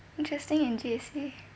interesting in J_C